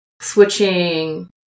switching